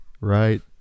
Right